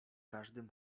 każdym